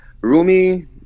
Rumi